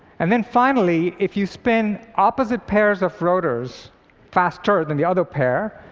and then finally, if you spin opposite pairs of rotors faster than the other pair,